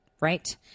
right